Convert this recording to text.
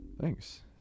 Thanks